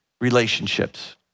relationships